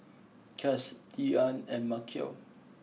Chas Leeann and Maceo